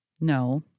No